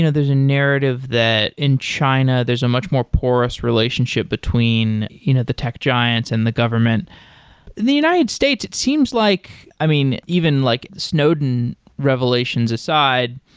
you know there's a narrative that in china there's a much more porous relationship between you know the tech giants and the government. in the united states, it seems like i mean, even like snowden revelations aside,